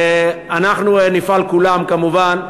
אנחנו נפעל כולם, כמובן,